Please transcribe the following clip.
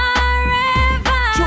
Forever